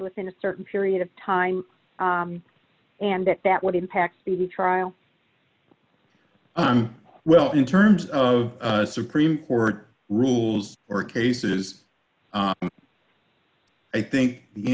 within a certain period of time and that would impact the trial well in terms of supreme court rules or cases i think the